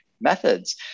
methods